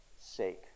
sake